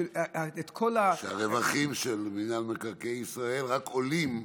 שאת כל, שהרווחים של מינהל מקרקעי ישראל רק עולים,